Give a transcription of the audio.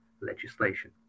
legislation